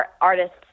artists